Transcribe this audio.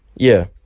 yeah,